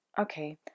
Okay